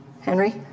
Henry